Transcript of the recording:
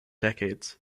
decades